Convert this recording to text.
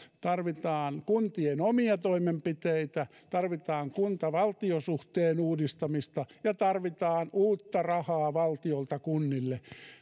tarvitaan kuntien omia toimenpiteitä tarvitaan kunta valtio suhteen uudistamista ja tarvitaan uutta rahaa valtiolta kunnille